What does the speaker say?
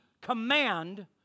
command